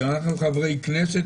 כי אנחנו חברי כנסת,